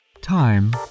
Time